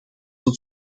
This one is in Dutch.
het